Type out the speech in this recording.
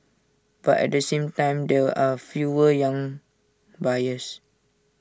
but at the same time there are fewer young buyers